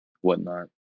whatnot